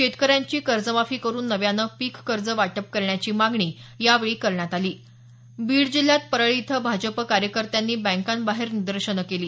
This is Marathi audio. शेतकऱ्यांची कर्जमाफी करून नव्याने पीककर्ज वाटप करण्याची मागणी यावेळी करण्यात आली बीड जिल्ह्यात परळी इथं भाजप कार्यकर्त्यांनी बँकांबाहेर निदर्शने केली